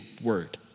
word